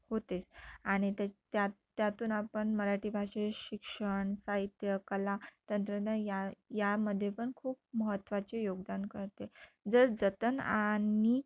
होतेच आणि त्या त्यात त्यातून आपण मराठी भाषेत शिक्षण साहित्य कला तंत्रज्ञान या यामध्ये पण खूप महत्त्वाचे योगदान करते जर जतन आणि